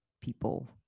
people